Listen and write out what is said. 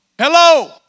Hello